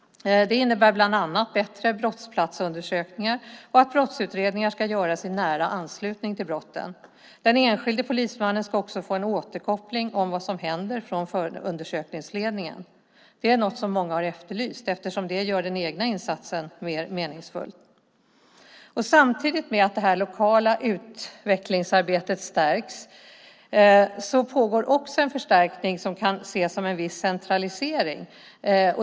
Det innebär bland annat bättre brottsplatsundersökningar och att brottsutredningar ska göras i nära anslutning till brotten. Den enskilde polismannen ska också få en återkoppling från förundersökningsledningen om vad som händer. Det är något som många har efterlyst, eftersom det gör den egna insatsen mer meningsfull. Samtidigt med att det här lokala utvecklingsarbetet stärks pågår också en förstärkning som kan ses som en viss centralisering.